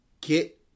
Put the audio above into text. get